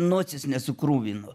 nosies nesukruvino